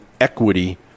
equity